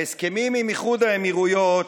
ההסכמים עם איחוד האמירויות,